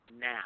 now